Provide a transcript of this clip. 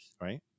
Right